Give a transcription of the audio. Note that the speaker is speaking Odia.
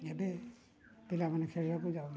ଏବେ ପିଲାମାନେ ଖେଳିବାକୁ ଯାଉନାହାନ୍ତି